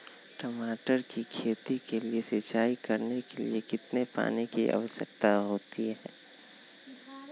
टमाटर की खेती के लिए सिंचाई करने के लिए कितने पानी की आवश्यकता होती है?